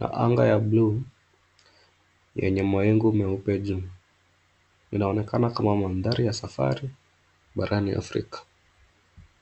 na anga ya blue mawingu meupe juu. Inaonekana kama mandhari ya safari barani Afrika.